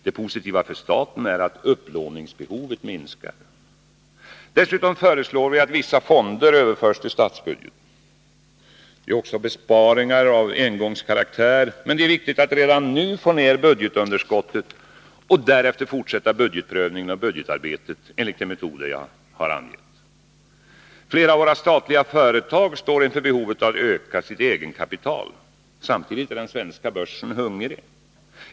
Det positiva för staten är att upplåningsbehovet minskar. Dessutom föreslår vi att vissa fonder överförs till statsbudgeten. Detta är också besparingar av engångskaraktär men det är viktigt att redan nu få ner budgetunderskottet och därefter fortsätta budgetprövningen och budgetarbetet enligt de metoder jag tidigare har angivit. Flera av våra statliga företag står inför behovet att öka sitt egenkapital. Samtidigt är den svenska börsen ”hungrig”.